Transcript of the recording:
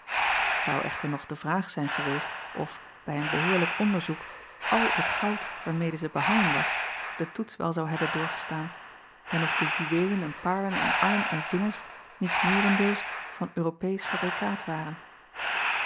t ou echter nog de vraag zijn geweest of bij een behoorlijk onderzoek al het goud waarmede zij behangen was den toets wel zou hebben doorgestaan en of de juweelen en paarlen aan arm en vingers niet meerendeels van uropeesch fabrikaat waren